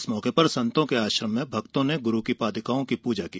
इस मौके पर संतो के आश्रम में भक्तों ने गुरू की पादुकाओं की पूजा की